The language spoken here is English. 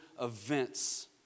events